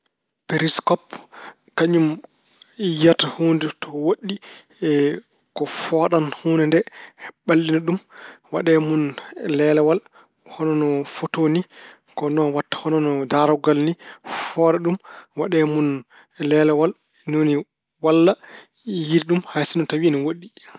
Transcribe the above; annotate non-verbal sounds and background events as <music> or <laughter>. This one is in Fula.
Periskop, kañum yiyata huunde to woɗɗi, <hesitation> fooɗan huunde nde ɓallina ɗum waɗee mun leelewal hono no fotoo ni, ko noon waɗta, hono no daarorgal ni, fooɗa ɗum waɗa mun leelewal. Ni woni walla yiyde ɗum hay sinno tawi ina woɗɗi.